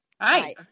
Hi